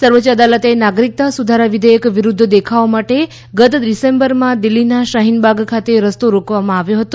સર્વોચ્ચ અદાલતે નાગરિકતા સુધારા વિધેયક વિરૂધ્ધ દેખાવો માટે ગત ડિસેમ્બરમાં દિલ્ફીના શાહીનબાગ ખાતે રસ્તો રોકવામાં આવ્યો હતો